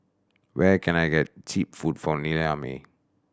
where can I get cheap food from Niamey